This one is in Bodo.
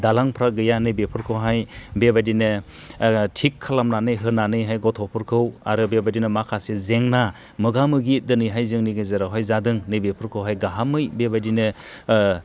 दालांफ्रा गैया नै बेफोरखौहाय बेबादिनो थिग खालामनानै होनानैहाय गथ'फोरखौ आरो बेबादिनो माखासे जेंना मोगा मोगि दिनैहाय जोंनि गेजेराव हाय जादों नैबेफोरखौहाय गाहामै बे बिदिनो